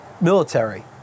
military